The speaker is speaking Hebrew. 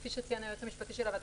כפי שציין היועץ המשפטי של הוועדה,